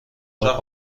پارک